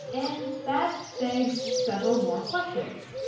and that begs several more questions.